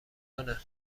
کنه